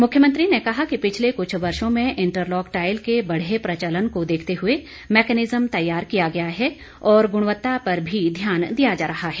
मुख्यमंत्री ने कहा कि पिछले कुछ वर्षों में इंटरलॉक टाइल के बढ़े प्रचलन को देखते हुए मैकेनिज्म तैयार किया गया है और गुणवत्ता पर भी ध्यान दिया जा रहा है